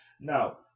now